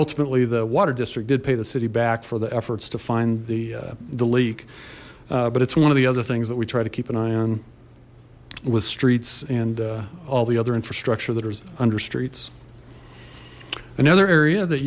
ultimately the water district did pay the city back for the efforts to find the the leak but it's one of the other things that we try to keep an eye on with streets and all the other infrastructure that are under streets another area that